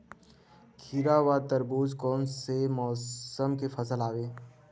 खीरा व तरबुज कोन से मौसम के फसल आवेय?